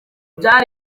byari